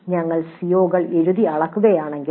" ഞങ്ങൾ സിഒകൾ എഴുതി അളക്കുകയാണെങ്കിൽ